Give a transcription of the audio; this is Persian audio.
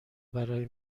برای